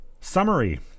Summary